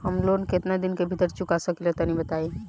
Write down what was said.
हम लोन केतना दिन के भीतर चुका सकिला तनि बताईं?